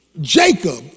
Jacob